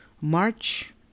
March